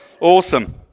awesome